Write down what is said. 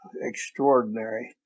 extraordinary